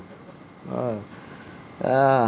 ah ah